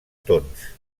tons